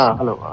hello